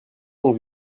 sont